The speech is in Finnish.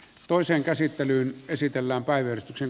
toiseen käsittelyyn käsitellään päivystyksen